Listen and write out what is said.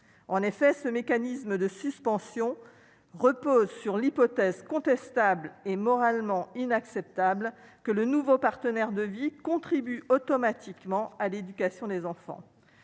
en effet, ce mécanisme de suspension repose sur l'hypothèse contestable et moralement inacceptable que le nouveau partenaire de vie contribuent automatiquement à l'éducation des enfants,